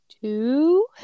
two